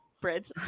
bridge